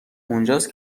اونجاست